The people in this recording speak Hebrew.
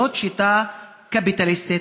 זו שיטה קפיטליסטית,